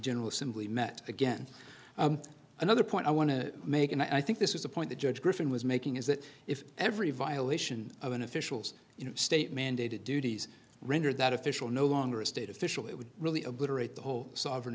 general assembly met again another point i want to make and i think this is the point the judge griffin was making is that if every violation of an official's state mandated duties rendered that official no longer a state official it would really obliterate the whole sovereign